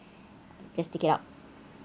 just take it out